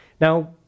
now